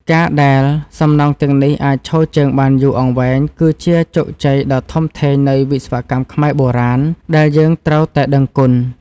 ការដែលសំណង់ទាំងនេះអាចឈរជើងបានយូរអង្វែងគឺជាជោគជ័យដ៏ធំធេងនៃវិស្វកម្មខ្មែរបុរាណដែលយើងត្រូវតែដឹងគុណ។